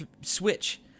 Switch